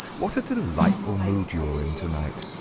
what a delightful mood you are in to-night!